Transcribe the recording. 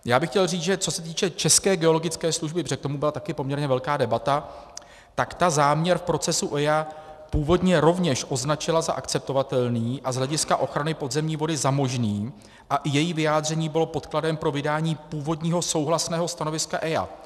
Já bych chtěl říct, že co se týče České geologické služby, protože k tomu byla také poměrně velká debata, tak ta záměr procesu EIA původně rovněž označila za akceptovatelný a z hlediska ochrany podzemní vody za možný a i její vyjádření bylo podkladem pro vydání původního souhlasného stanoviska EIA.